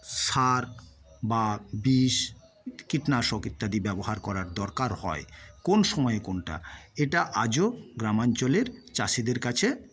সার বা বিষ কীটনাশক ইত্যাদি ব্যবহার করার দরকার হয় কোন সময় কোনটা এটা আজও গ্রামাঞ্চলের চাষীদের কাছে